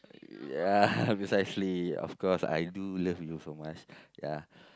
ya precisely of course I do love you so much ya